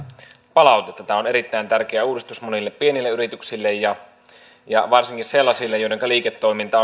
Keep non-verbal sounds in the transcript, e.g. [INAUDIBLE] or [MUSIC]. palautetta tämä on erittäin tärkeä uudistus monille pienille yrityksille ja ja varsinkin sellaisille joidenka liiketoiminta [UNINTELLIGIBLE]